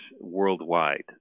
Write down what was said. worldwide